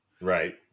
Right